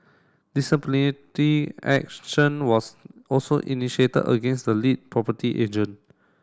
action was also initiated against the lead property agent